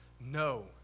No